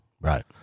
right